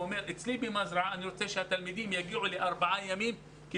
הוא אמר שאצלו במזרעה הוא רוצה שהתלמידים יגיעו לארבעה ימים כי